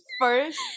first